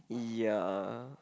ya